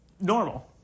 Normal